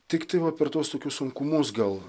tiktai va per tuos tokius sunkumus gal